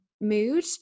mood